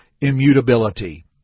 immutability